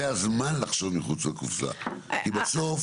זה הזמן לחשוב מחוץ לקופסה כי בסוף